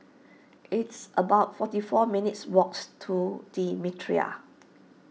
it's about forty four minutes' walks to the Mitraa